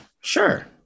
Sure